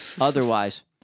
Otherwise